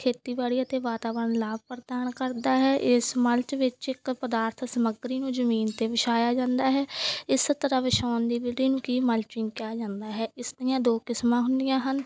ਖੇਤੀਬਾੜੀ ਅਤੇ ਵਾਤਾਵਰਨ ਲਾਭ ਪ੍ਰਦਾਨ ਕਰਦਾ ਹੈ ਇਸ ਮਲਚ ਵਿੱਚ ਇੱਕ ਪਦਾਰਥ ਸਮੱਗਰੀ ਨੂੰ ਜ਼ਮੀਨ 'ਤੇ ਵਿਛਾਇਆ ਜਾਂਦਾ ਹੈ ਇਸ ਤਰ੍ਹਾਂ ਵਿਛਾਉਣ ਦੀ ਵਿਧੀ ਨੂੰ ਕੀ ਮਲਚਿੰਗ ਕਿਹਾ ਜਾਂਦਾ ਹੈ ਇਸ ਦੀਆਂ ਦੋ ਕਿਸਮਾਂ ਹੁੰਦੀਆਂ ਹਨ